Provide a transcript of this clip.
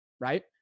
Right